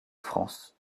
france